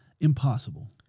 Impossible